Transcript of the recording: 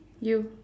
you